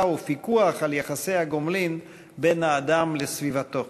ובפיקוח על יחסי הגומלין בין האדם לסביבתו.